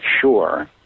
sure